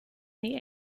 the